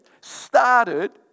started